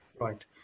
Right